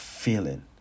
feeling